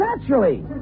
Naturally